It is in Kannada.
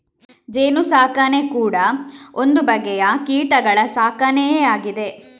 ಜೇನು ಸಾಕಣೆ ಕೂಡಾ ಒಂದು ಬಗೆಯ ಕೀಟಗಳ ಸಾಕಣೆಯೇ ಆಗಿದೆ